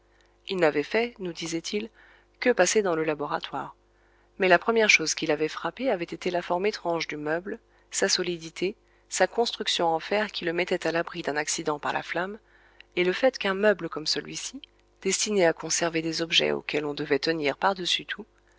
il n'avait fait nous disait-il que passer dans le laboratoire mais la première chose qui l'avait frappé avait été la forme étrange du meuble sa solidité sa construction en fer qui le mettait à l'abri d'un accident par la flamme et le fait qu'un meuble comme celui-ci destiné à conserver des objets auxquels on devait tenir par-dessus tout